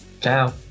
Ciao